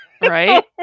Right